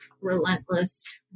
relentless